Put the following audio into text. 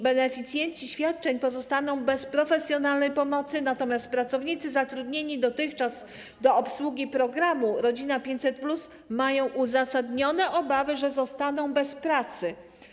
Beneficjenci świadczeń pozostaną bez profesjonalnej pomocy, natomiast pracownicy zatrudnieni dotychczas do obsługi programu „Rodzina 500+” mają uzasadnione obawy, że zostaną bez pracy.